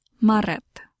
Maret